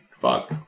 Fuck